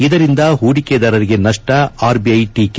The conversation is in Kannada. ಇದರಿಂದ ಹೂಡಿಕೆದಾರರಿಗೆ ನಷ್ಪ ಆರ್ಬಿಐ ಟೀಕೆ